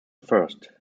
first